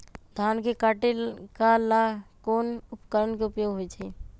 धान के काटे का ला कोंन उपकरण के उपयोग होइ छइ?